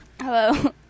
Hello